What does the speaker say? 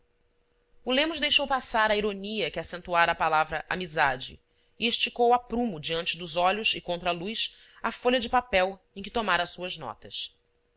o lemos deixou passar a ironia que acentuara a palavra amizade e esticou a prumo diante dos olhos e contra a luz a folha de papel em que tomara suas notas